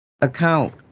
account